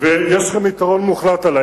ויש לכם יתרון מוחלט עלי,